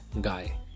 guy